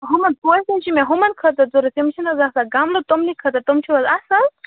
یِمَن پوش حظ چھِ مےٚ یِمَن خٲطرٕ ضوٚرَتھ تِم چھِنہٕ حظ آسان گَملہٕ تمنٕے خٲطرٕ تِم چھِو حظ آسان